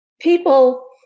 People